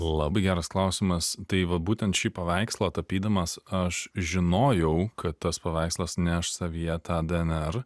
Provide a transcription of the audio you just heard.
labai geras klausimas tai va būtent šį paveikslą tapydamas aš žinojau kad tas paveikslas neš savyje tą dnr